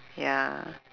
ya